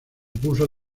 opuso